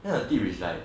then the tip is like